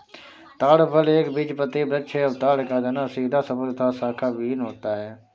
ताड़ फल एक बीजपत्री वृक्ष है और ताड़ का तना सीधा सबल तथा शाखाविहिन होता है